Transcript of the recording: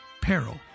peril